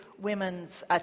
women's